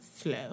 slow